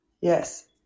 Yes